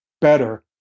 better